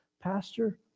Pastor